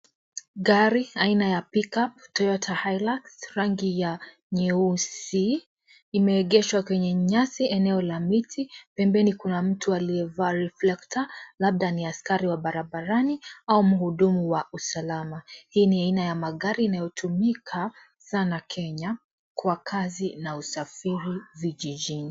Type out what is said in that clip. Gari aina ya pickup Toyoa Hilux rangi ya nyeusi imeegeshwa kwenye nyasi eneo la miti, pembeni kuna mtu aliyevaa reflector labda ni askari wa barabarani au mhudumu wa usalama. Hii ni ain aya gari inayotumika sana vijijini.